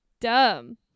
dumb